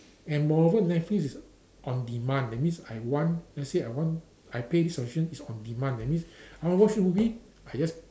and moreover netflix is on demand that means I want let's say I want I pay this version it's on demand that means I want watch movie I just